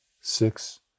six